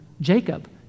Jacob